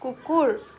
কুকুৰ